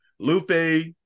Lupe